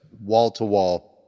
wall-to-wall